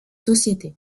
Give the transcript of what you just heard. sociétés